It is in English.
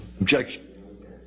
Objection